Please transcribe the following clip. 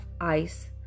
ice